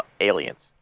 aliens